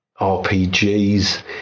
RPGs